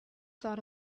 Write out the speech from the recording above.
thought